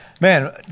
man